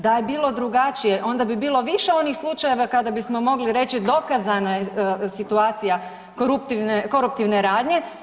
Da je bilo drugačije onda bi bilo više onih slučajeva kada bismo mogli reći dokazana je situacija koruptivne, koruptivne radnje.